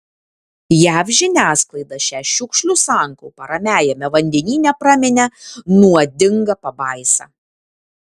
jav žiniasklaida šią šiukšlių sankaupą ramiajame vandenyne praminė nuodinga pabaisa